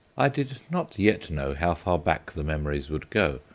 i did not yet know how far back the memories would go,